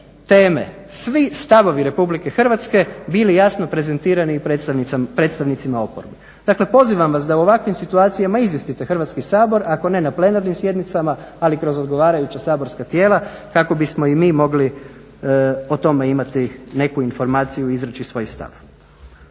teme, svi stavovi republike Hrvatske bili jasno prezentirani i predstavnicima oporbe. Dakle, pozivam vas da o ovakvim situacijama izvijestite Hrvatski sabor ako ne na plenarnim sjednicama ali kroz odgovarajuća saborska tijela kako bismo i mi mogli o tome imati neku informaciju i izreći svoj stav.